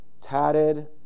tatted